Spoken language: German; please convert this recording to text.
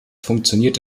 funktioniert